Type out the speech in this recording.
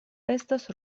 estas